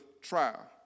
trial